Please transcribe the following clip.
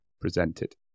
presented